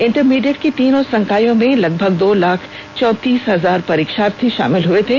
intermediate की तीनों संकायों में लगभग दो लाख चौंतीस हजार परीक्षार्थी शामिल हुए थे